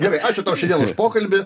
gerai ačiū tau šiandien už pokalbį